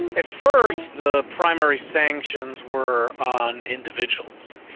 at first the primary sanctions were on individuals.